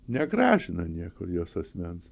negražina niekur jos asmens